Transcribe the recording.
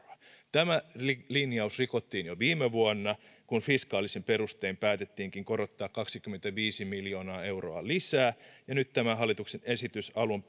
tämä linjaus rikottiin jo viime vuonna kun fiskaalisin perustein päätettiinkin korottaa kaksikymmentäviisi miljoonaa euroa lisää ja nyt tämä hallituksen esitys alun